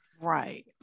right